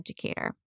educator